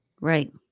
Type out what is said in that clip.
Right